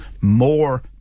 More